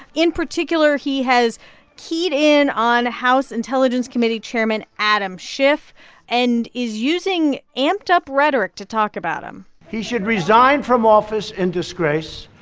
in particular, he has keyed in on a house intelligence committee chairman adam schiff and is using amped-up rhetoric to talk about him he should resign from office in disgrace.